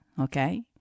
Okay